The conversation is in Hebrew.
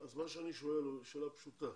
אז אני שואל שאלה פשוטה: